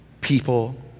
people